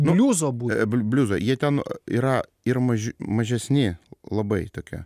bliuzo būtent bliuzo jie ten yra ir maži mažesni labai tokie